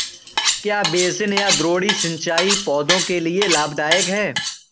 क्या बेसिन या द्रोणी सिंचाई पौधों के लिए लाभदायक है?